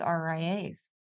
RIAs